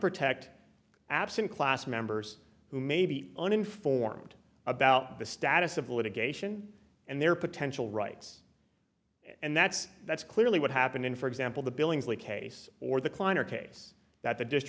protect absent class members who may be uninformed about the status of litigation and their potential rights and that's that's clearly what happened in for example the billingsley case or the kleiner case that th